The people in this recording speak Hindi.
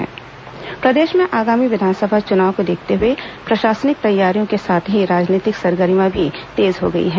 कांग्रेस बैठक प्रदेश में आगामी विधानसभा चुनाव को देखते हुए प्रशासनिक तैयारियों के साथ ही राजनीतिक सरगर्मियां भी तेज हो गई हैं